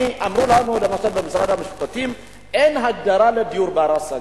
אמרו לנו למשל במשרד המשפטים: אין הגדרה לדיור בר-השגה.